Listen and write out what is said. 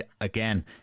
again